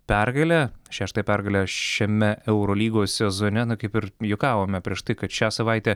pergalę šeštąją pergalę šiame eurolygos sezone na kaip ir juokavome prieš tai kad šią savaitę